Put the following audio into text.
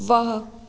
वह